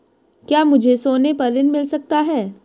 क्या मुझे सोने पर ऋण मिल सकता है?